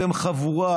אתם חבורה,